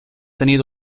tenir